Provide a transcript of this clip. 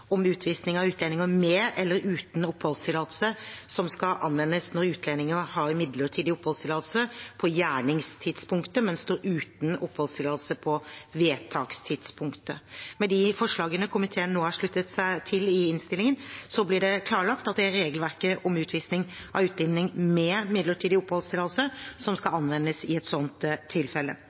om utvisning av utlendinger med eller uten oppholdstillatelse som skal anvendes når utlendingen har midlertidig oppholdstillatelse på gjerningstidspunktet, men står uten oppholdstillatelse på vedtakstidspunktet. Med de forslagene komiteen nå har sluttet seg til i innstillingen, blir det klarlagt at det er regelverket om utvisning av utlending med midlertidig oppholdstillatelse som skal anvendes i et sånt tilfelle.